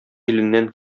иленнән